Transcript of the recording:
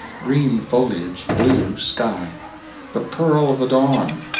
green foliage, blue sky the pearl of the dawn,